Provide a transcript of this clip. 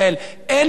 אין מנהיג כלכלי,